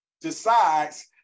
decides